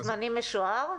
לוח זמנים משוער?